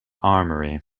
armoury